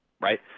right